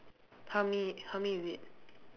how many how many is it